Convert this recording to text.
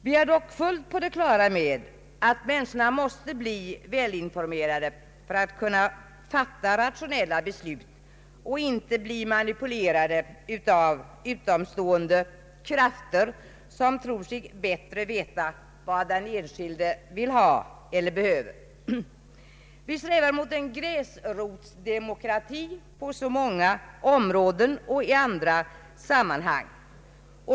Vi är dock fullt på det klara med att människorna måste bli välinformerade för att kunna fatta rationella beslut och inte bli manipulerade av utomstående krafter som bättre tror sig veta vad den enskilde vill ha eller behöver. Vi strävar mot en gräsrotsdemokrati på så många områden och i andra sammanhang.